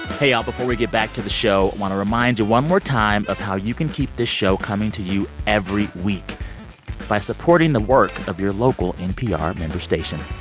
hey, y'all. before we get back to the show, want to remind you one more time of how you can keep this show coming to you every week by supporting the work of your local npr station.